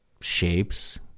shapes